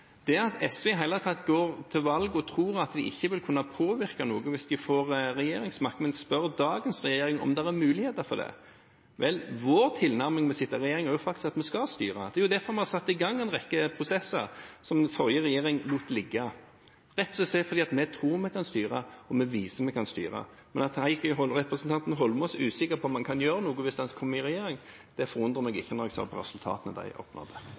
At SV i det hele tatt går til valg og tror at de ikke vil kunne påvirke noe hvis de får regjeringsmakt, men spør dagens regjering om det er muligheter for det – vel, vår tilnærming til å sitte i regjering er at vi faktisk skal styre. Det er derfor vi har satt i gang en rekke prosesser som den forrige regjeringen lot ligge, rett og slett fordi vi tror vi kan styre, og vi viser at vi kan styre. At representanten Eidsvoll Holmås er usikker på om han kan gjøre noe hvis han kommer i regjering, forundrer meg ikke når jeg ser på resultatene de oppnådde.